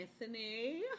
Anthony